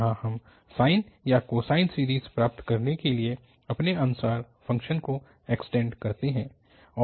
यहाँ हम साइन या कोसाइन सीरीज़ प्राप्त करने के लिए अपने अनुसार फ़ंक्शन को एक्सटेन्ड करते हैं